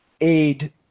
aid